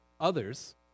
others